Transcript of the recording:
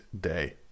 day